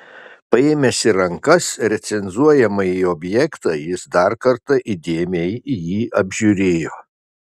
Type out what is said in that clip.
paėmęs į rankas recenzuojamąjį objektą jis dar kartą įdėmiai jį apžiūrėjo